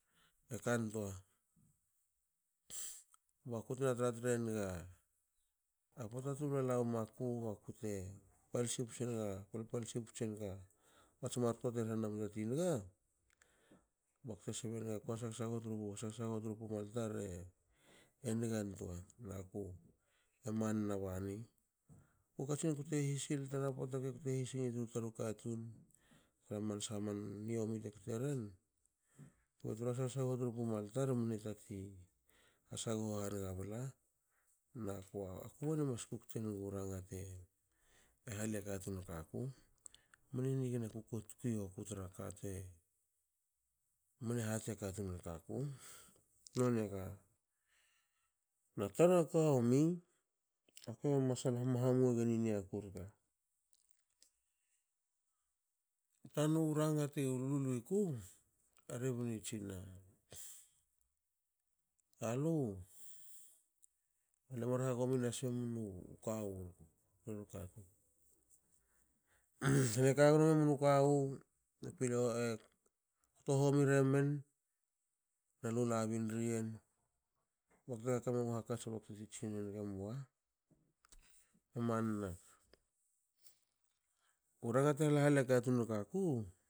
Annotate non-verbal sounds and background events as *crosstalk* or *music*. E kantoa. bakutna tra trenga pota tu lala wma ku bakute palsi putse naga pal palsi putse naga mats mar kto te rehena mne tatin nge bakute sbe nugu hashasngo tru pumar tar e ngantoa, naku emanna bani ku katsin kte hisil tana pota kue hisil nig tru taru katun tra man saha man niomi te kteren kba tru has hasagho tru pumal tar e nigantoa. Naku e manna bani. ku katsin kute hisil tana pota kue kute hisil tru taru katun tra man saha man niomi te kteren. kba tru has hagsaguho tru pumal tar mne tati hasagho haniga bla. nakua aku bani mas kukte nugu ranga te halia katun rke aku. Mne nigna kuko tuke ioku trake temne hati a katun rka aku. noni a ka. Na tana ka iomi. aku masal hamhamu egen i niaku rke. Tanu ranga te luluiku a rebni tsina alue mar hagomin nasimenu kawu rke *noise* ale kagno memnu kawu kto homi remen nalu labin riyen bakte kaka mengu hakats bakute tsinenga emua emanna u ranga te *noise* halhalia katun rke aku